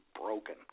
broken